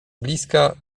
bliska